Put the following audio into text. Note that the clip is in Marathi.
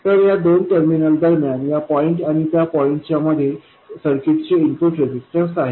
तर या दोन टर्मिनल दरम्यान या पॉईंट आणि त्या पॉईंट च्या मध्ये सर्किटचे इनपुट रेझिस्टन्स आहे